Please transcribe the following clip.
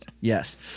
Yes